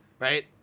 Right